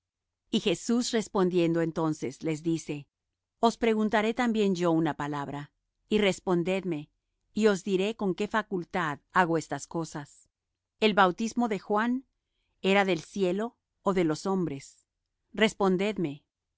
y jesús respondiendo entonces les dice os preguntaré también yo una palabra y respondedme y os diré con qué facultad hago estas cosas el bautismo de juan era del cielo ó de los hombres respondedme